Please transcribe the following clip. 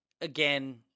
again